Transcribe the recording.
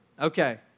Okay